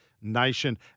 Nation